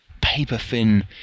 paper-thin